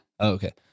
okay